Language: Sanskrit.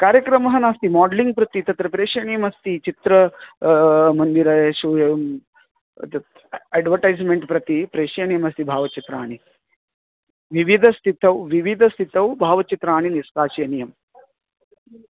कार्यक्रमः नास्ति माडेलिङ्ग् प्रति तत्र प्रेषणमस्ति चित्रमन्दिरेषु एवं तत् अड्वटैस्मेण्ट् प्रति प्रेषणमस्ति भावचित्राणि विविधस्तितौ विविधस्थितौ भावचित्राणि निष्कासनीयं